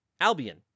Albion